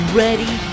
ready